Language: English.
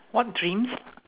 what dreams